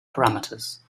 parameters